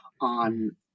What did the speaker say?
on